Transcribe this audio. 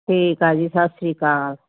ਠੀਕ ਆ ਜੀ ਸਤਿ ਸ਼੍ਰੀ ਅਕਾਲ